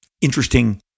interesting